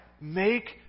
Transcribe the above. Make